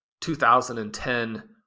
2010